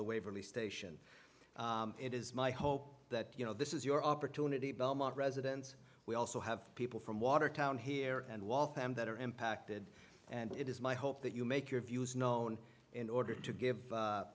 the waverly station it is my hope that you know this is your opportunity belmont residence we also have people from watertown here and waltham that are impacted and it is my hope that you make your views known in order to give